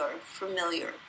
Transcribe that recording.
familiar